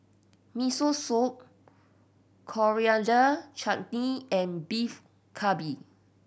Miso Soup Coriander Chutney and Beef Galbi